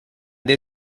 they